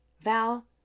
Val